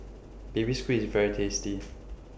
Baby Squid IS very tasty